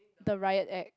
the Riot Act